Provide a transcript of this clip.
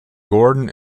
gordon